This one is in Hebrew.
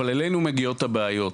אבל אלינו מגיעות הבעיות.